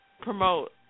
promote